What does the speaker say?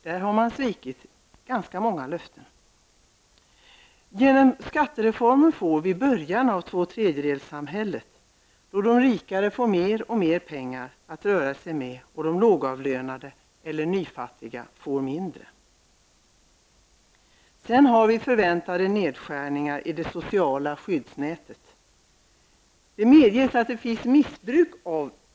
Man har svikit ganska många löften. Genom skattereformen får vi början av tvåtredjedelssamhället, där de rika får mer och mer pengar att röra sig med och de lågavlönade eller nyfattiga får mindre. Till det kommer förväntade nedskärningar i det sociala skyddsnätet. Det medges att det förekommer missbruk.